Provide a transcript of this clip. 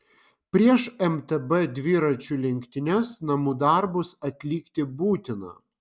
prieš mtb dviračių lenktynes namų darbus atlikti būtina